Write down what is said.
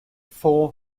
four